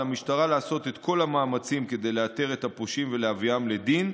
על המשטרה לעשות את כל המאמצים כדי לאתר את הפושעים ולהביאם לדין,